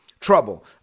Trouble